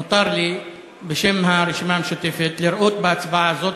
מותר לי בשם הרשימה המשותפת לראות בהצבעה הזאת,